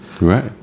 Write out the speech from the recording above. right